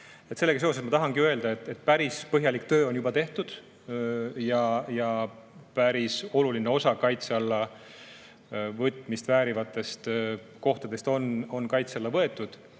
Sellega seoses tahan öelda, et päris põhjalik töö on juba tehtud ja päris oluline osa kaitse alla võtmist väärivatest kohtadest on kaitse alla võetud.